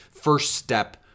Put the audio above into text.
first-step